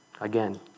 Again